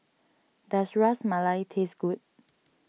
does Ras Malai taste good